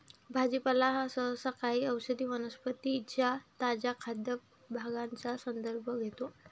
भाजीपाला हा सहसा काही औषधी वनस्पतीं च्या ताज्या खाद्य भागांचा संदर्भ घेतो